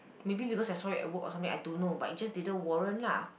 maybe because I saw it at work or something I don't know but it just didn't warrant lah